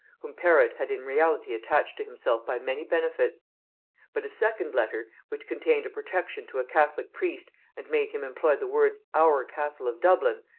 whom perrot had in reality attached to himself by many benefits but a second letter, which contained a protection to a catholic priest and made him employ the words our castle of dublin,